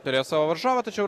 turėjo savo varžovą tačiau